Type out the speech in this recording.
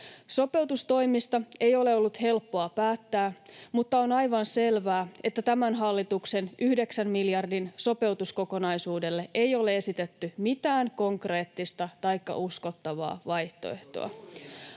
Sopeutustoimista ei ole ollut helppoa päättää, mutta on aivan selvää, että tämän hallituksen 9 miljardin sopeutuskokonaisuudelle ei ole esitetty mitään konkreettista taikka uskottavaa vaihtoehtoa.